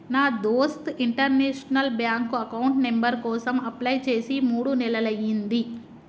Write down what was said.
నా దోస్త్ international bank account number కోసం అప్లై చేసి మూడు నెలలయ్యింది